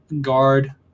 guard